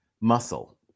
muscle